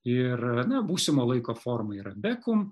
ir na būsimojo laiko formą ir bekum